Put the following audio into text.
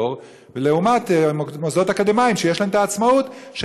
לעומת מוסדות אקדמיים שיש להם העצמאות,